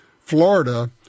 Florida